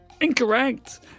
Incorrect